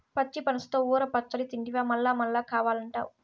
పచ్చి పనసతో ఊర పచ్చడి తింటివా మల్లమల్లా కావాలంటావు